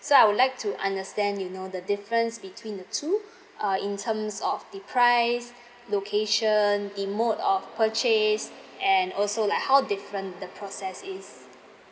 so I'd like to understand you know the difference between the two uh in terms of the price location the mode of purchase and also like how different the process is